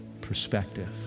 perspective